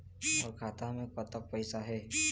मोर खाता मे कतक पैसा हे?